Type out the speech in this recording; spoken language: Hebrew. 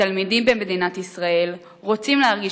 התלמידים במדינת ישראל רוצים להרגיש